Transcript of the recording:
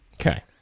Okay